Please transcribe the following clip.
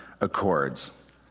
Accords